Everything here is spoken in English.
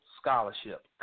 scholarship